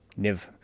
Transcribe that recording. Niv